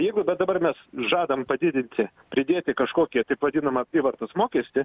jeigu bet dabar mes žadam padidinti pridėti kažkokį taip vadinamą apyvartos mokestį